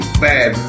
bad